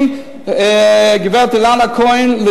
עם הגברת אילנה כהן,